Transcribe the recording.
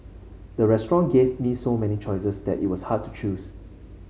the restaurant gave me so many choices that it was hard to choose